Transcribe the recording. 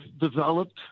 developed